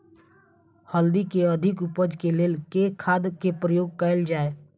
हल्दी केँ अधिक उपज केँ लेल केँ खाद केँ प्रयोग कैल जाय?